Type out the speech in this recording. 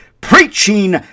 preaching